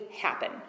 happen